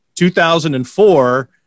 2004